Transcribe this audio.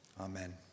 Amen